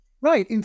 Right